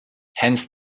hence